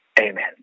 Amen